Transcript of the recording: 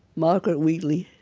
margaret wheatley.